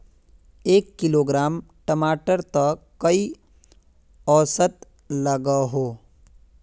एक किलोग्राम टमाटर त कई औसत लागोहो?